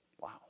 wow